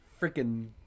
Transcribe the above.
freaking